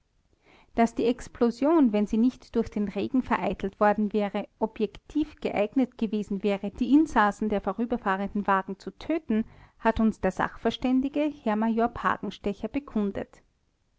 daß die explosion wenn sie nicht durch den regen vereitelt worden wäre objektiv geeignet gewesen wäre die insassen der vorüberfahrenden wagen zu töten hat uns der sachverständige herr major pagenstecher bekundet